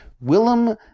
Willem